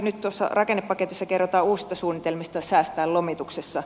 nyt tuossa rakennepaketissa kerrotaan uusista suunnitelmista säästää lomituksessa